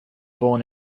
born